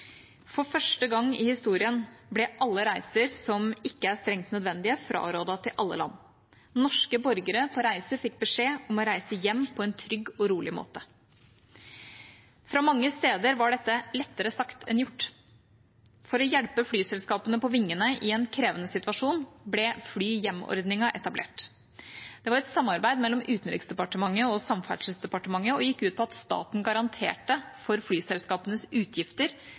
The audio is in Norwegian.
For første gang i historien ble alle reiser som ikke er strengt nødvendige, frarådet til alle land. Norske borgere på reise fikk beskjed om å reise hjem på en trygg og rolig måte. Fra mange steder var dette lettere sagt enn gjort. For å hjelpe flyselskapene på vingene i en krevende situasjon ble fly hjem-ordningen etablert. Den var et samarbeid mellom Utenriksdepartementet og Samferdselsdepartementet og gikk ut på at staten garanterte for flyselskapenes utgifter